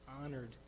honored